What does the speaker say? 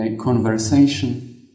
conversation